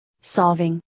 solving